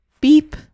Beep